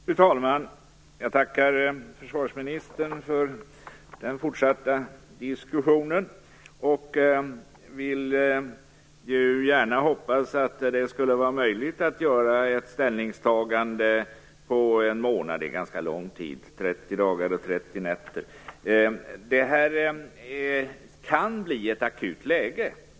Fru talman! Jag tackar försvarsministern för den fortsatta diskussionen. Jag vill gärna hoppas att det är möjligt att göra ett ställningstagande på en månad. Det är en ganska lång tid; 30 dagar och 30 nätter. Det kan bli ett akut läge.